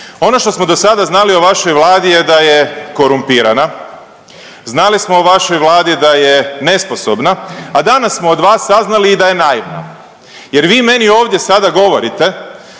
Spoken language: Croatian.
Ono što smo do sada znali o vašoj Vladi je da je korumpirana, znali smo o vašoj Vladi da je nesposobna, a danas smo od vas saznali i da je naivna jer vi meni ovdje sada govorite